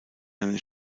einen